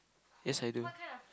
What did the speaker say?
yes I do